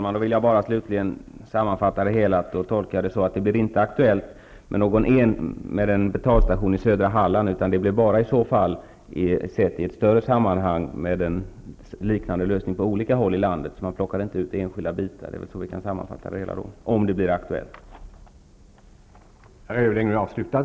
Herr talman! Sammanfattningsvis tolkar jag det så att det inte kommer att bli aktuellt med en betalstation i södra Halland, utan det kommer i så fall att ske i ett större sammanhang med en liknande lösning på olika håll i landet. Man kommer inte att plocka ut enskilda bitar.